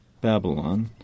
Babylon